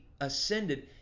ascended